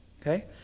Okay